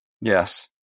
Yes